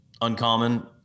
uncommon